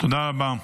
תודה רבה.